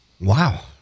Wow